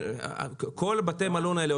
כל בתי המלון האלה,